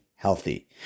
healthy